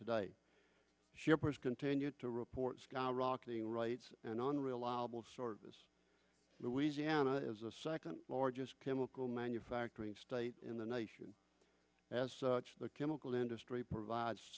today shippers continue to report skyrocketing rights and on reliable sources louisiana is a second largest chemical manufacturing state in the nation as such the chemical industry provides